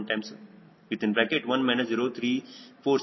7908 ಈಗ 𝐶Lðetrim